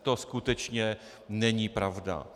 To skutečně není pravda.